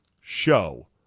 show